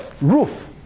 roof